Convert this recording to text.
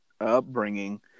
upbringing